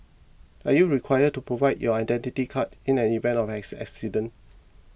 are you required to provide your Identity Card in an event of an ass accident